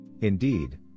Indeed